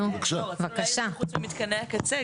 רצינו להעיר שחוץ ממתקני הקצה,